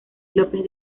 lópez